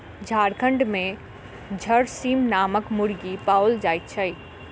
झारखंड मे झरसीम नामक मुर्गी पाओल जाइत छै